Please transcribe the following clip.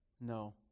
no